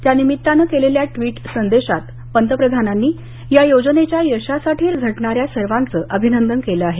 त्या निमित्तानं केलेल्या ट्वीट संदेशात पंतप्रधानांनी या योजनेच्या यशासाठी झटणाऱ्या सर्वांचं अभिनंदन केलं आहे